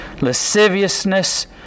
lasciviousness